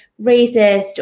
racist